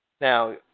Now